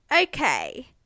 Okay